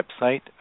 website